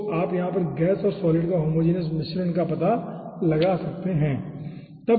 तो आप यहाँ पर गैस और सॉलिड का होमोजिनियस मिश्रण का पता लगा सकते हैं